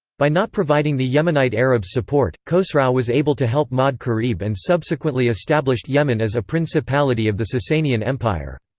by not providing the yemenite arabs support, khosrau was able to help ma'd-karib and subsequently established yemen as a principality of the sassanian empire.